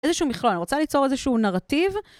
איזשהו מכלול, אני רוצה ליצור איזשהו נרטיב.